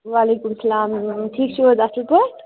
وعلیکُم سلام ٹھیٖک چھِو حظ اَصٕل پٲٹھۍ